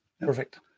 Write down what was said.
Perfect